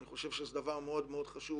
אני חושב שזה דבר מאוד מאוד חשוב,